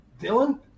Dylan